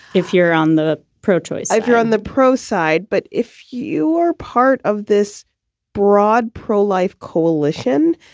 if you're on the pro-choice, if you're on the pro side, but if you are part of this broad pro-life coalition,